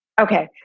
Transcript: Okay